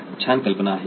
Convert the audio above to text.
एक छान कल्पना आहे